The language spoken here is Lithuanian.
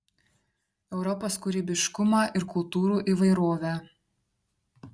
europos kūrybiškumą ir kultūrų įvairovę